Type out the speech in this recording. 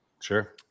sure